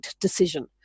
decision